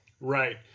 Right